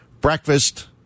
breakfast